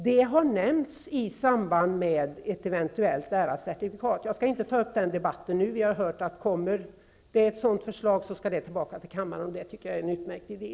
Detta har nämnts i samband med ett eventuellt lärarcertifikat. Jag skall inte ta upp den debatten nu. Vi har hört att om det läggs fram ett sådant förslag, skall detta behandlas av kammaren, och det är en utmärkt idé.